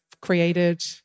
created